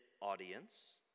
audience